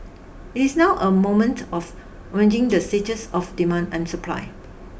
it is now a moment of managing the stages of demand and supply